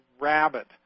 rabbit